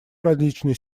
различной